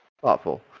thoughtful